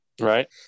Right